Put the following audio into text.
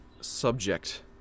Subject